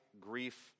grief